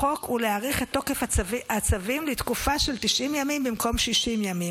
לחוק ולהאריך את תוקף הצווים לתקופה של 90 ימים במקום 60 ימים,